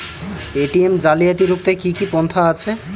ATM জালিয়াতি রুখতে কি কি পন্থা আছে?